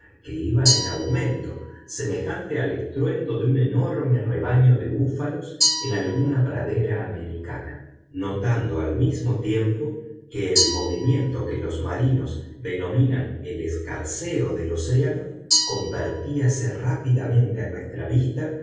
que iba en aumento semejante al estruendo de un enorme rebaño de búfalos en alguna pradera americana notando al mismo tiempo que el movimiento que los marinos denominan el escarceo del océano convertíase rápidamente a nuestra vista